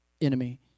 enemy